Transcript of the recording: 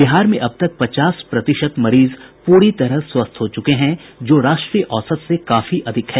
बिहार में अब तक पचास प्रतिशत मरीज पूरी तरह स्वस्थ हो चुके हैं जो राष्ट्रीय औसत से काफी अधिक है